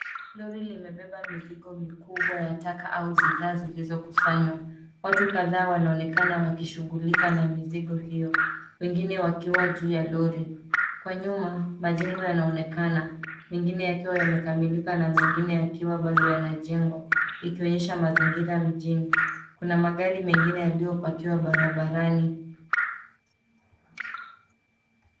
Lori limebeba mizigo mikubwa ya taka au bidhaa zilizokusanywa watu kadhaa wanaonekana wakishughulika na mizigo hiyo, wengine wakiwa juu la lori. Kwa nyuma majengo yanaonekana mengine yakiwa yamekamilika na mengine yakiwa bado yanajengwa, ikionyesha mazingira mjini. Kuna magari mengine yaliyopakiwa barabarani.